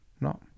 no